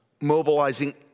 Mobilizing